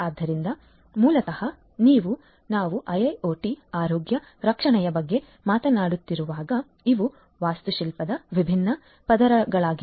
ಆದ್ದರಿಂದ ಮೂಲತಃ ನೀವು ನಾವು IIoT ಆರೋಗ್ಯ ರಕ್ಷಣೆಯ ಬಗ್ಗೆ ಮಾತನಾಡುತ್ತಿರುವಾಗ ಇವು ವಾಸ್ತುಶಿಲ್ಪದ ವಿಭಿನ್ನ ಪದರಗಳಾಗಿವೆ